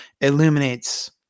illuminates